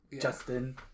Justin